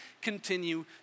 continue